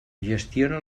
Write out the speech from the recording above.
gestiona